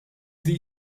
these